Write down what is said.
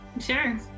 Sure